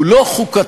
הוא לא חוקתי.